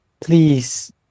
please